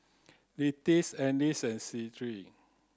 Annis Shirl